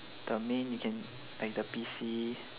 the main you can like the P_C